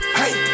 hey